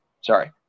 Sorry